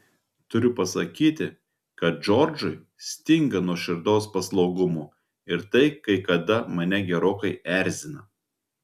turiu pasakyti kad džordžui stinga nuoširdaus paslaugumo ir tai kai kada mane gerokai erzina